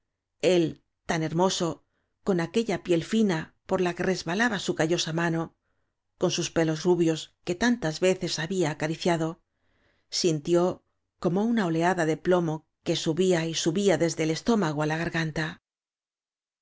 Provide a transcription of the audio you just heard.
él tan hermoso con aquella piel fina por la que resbalaba su callosa mano con sus pelos rubios que tantas veces había acariciado sintió co mo una oleada de plomo que subía y subía desde el estómago á la garganta